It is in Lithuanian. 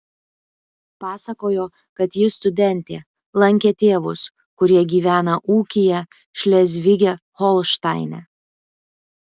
pasakojo kad ji studentė lankė tėvus kurie gyvena ūkyje šlezvige holšteine